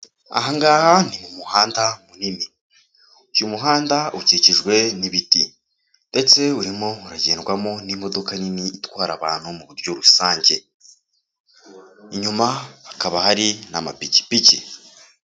Aha ngaha ni mu muhanda munini, uyu muhanda ukikijwe n'ibiti ndetse urimo uragendwamo n'imodoka nini itwara abantu mu buryo rusange, inyuma hakaba hari n'amapikipiki.